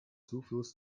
zufluss